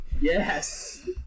Yes